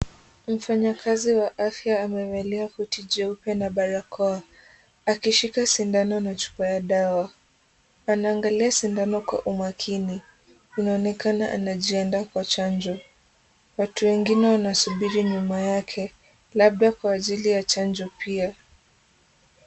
Mfanyikazi wa afya amevaia koti jeupe na barakoa, akishika sindano na chupa ya dawa. Anaangalia sindano kwa umakini. Inaonekana anajiandaa kwa chanjo. Watu wengine wanasubiri nyuma yake labda kwa ajili ya chanjo pia.